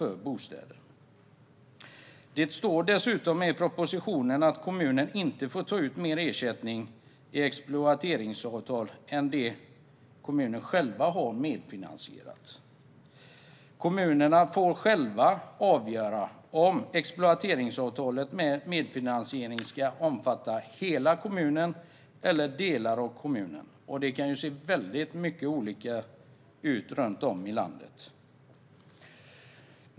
Dessutom står det i propositionen att kommunerna inte får ta ut mer ersättning i exploateringsavtal än det som kommunerna själva har medfinansierat. Kommunerna får själva avgöra om exploateringsavtalet med medfinansiering ska omfatta hela eller delar av kommunen, och det kan se väldigt olika ut runt om i landet.